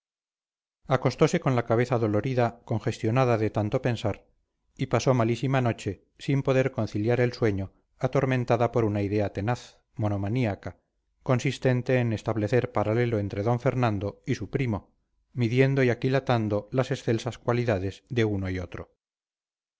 acostose con la cabeza dolorida congestionada de tanto pensar y pasó malísima noche sin poder conciliar el sueño atormentada por una idea tenaz monomaníaca consistente en establecer paralelo entre don fernando y su primo midiendo y aquilatando las excelsas cualidades de uno y otro